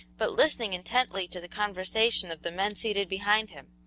but listening intently to the conversation of the men seated behind him,